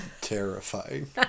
terrifying